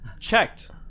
checked